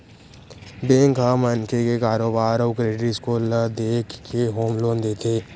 bank ह मनखे के कारोबार अउ क्रेडिट स्कोर ल देखके होम लोन देथे